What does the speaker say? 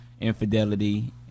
infidelity